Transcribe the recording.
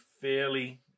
fairly